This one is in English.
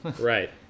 right